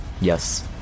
Yes